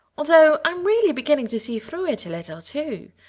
although i'm really beginning to see through it a little, too.